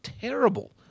terrible